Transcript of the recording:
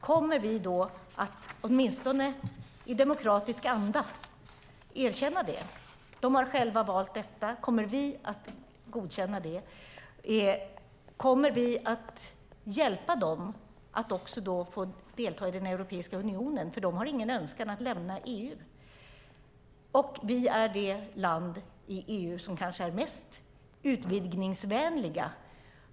Kommer vi då att åtminstone i demokratisk anda erkänna den? De har själva valt detta. Kommer vi att godkänna det? Kommer vi då också att hjälpa dem att få delta i Europeiska unionen? De har nämligen ingen önskan att lämna EU, och vi är det land i EU som kanske är mest utvidgningsvänligt.